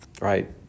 right